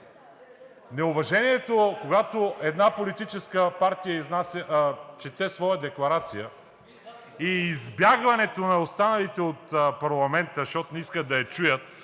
неуважението, когато една политическа партия чете своя декларация и избягването на останалите от парламента, защото не искат да я чуят,